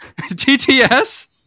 TTS